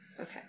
okay